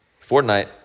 Fortnite